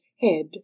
head